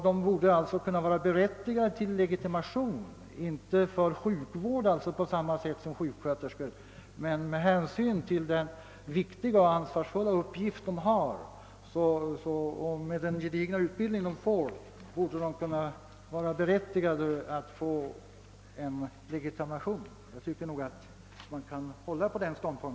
De borde därför vara berättigade att få legitimation, inte för sjukvård på samma sätt som sjukskö terskorna, utan med hänsyn till den viktiga och ansvarsfulla uppgift de har. Jag anser mig kunna vidhålla den uppfattningen.